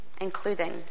including